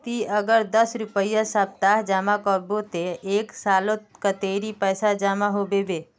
ती अगर दस रुपया सप्ताह जमा करबो ते एक सालोत कतेरी पैसा जमा होबे बे?